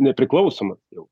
nepriklausomas jau